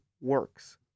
works